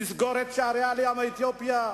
לסגור את שערי העלייה מאתיופיה,